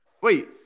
Wait